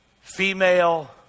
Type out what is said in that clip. female